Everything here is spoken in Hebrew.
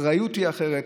האחריות היא אחרת,